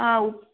ಆಂ ಉಪ